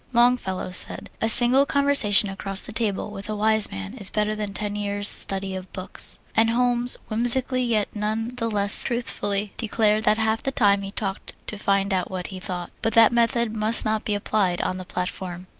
longfellow said a single conversation across the table with a wise man is better than ten years' study of books, and holmes whimsically yet none the less truthfully declared that half the time he talked to find out what he thought. but that method must not be applied on the platform!